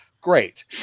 Great